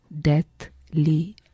deathly